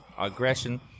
aggression